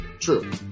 true